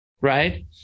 Right